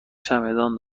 چمدان